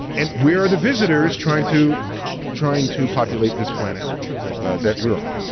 and where are the visitors trying to trying to populate this planet that we're on?